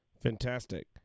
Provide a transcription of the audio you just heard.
Fantastic